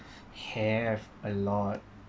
have a lot